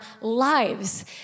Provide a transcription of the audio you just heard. lives